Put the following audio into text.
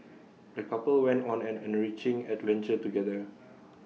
the couple went on an enriching adventure together